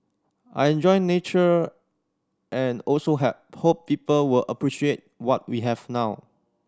I enjoy nature and also help hope people were appreciate what we have now